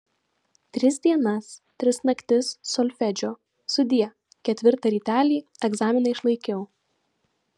tris dienas tris naktis solfedžio sudie ketvirtą rytelį egzaminą išlaikiau